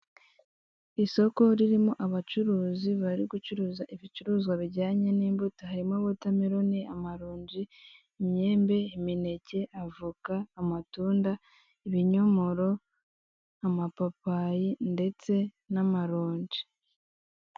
Isoko ririmo abacuruzi bari gucuruza ibicuruzwa bijyanye n'imbuto harimo; wotameloni, amaronji, imyembe, imineke, avuka, amatunda, ibinyomoro, amapapayi, ndetse n'amaronji.